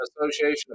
association